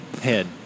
head